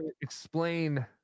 explain